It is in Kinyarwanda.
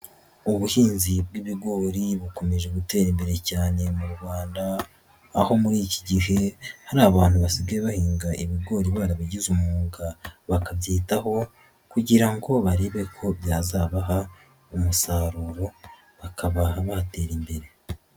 Ubuhinzi bw'ibigori bukomeje gutera imbere cyane mu rwanda, aho muri iki gihe hari abantu basigaye bahinga ibigori barabigize umwuga bakabyitaho kugira ngo barebe ko byazabaha umusaruro bakaba batera imbere.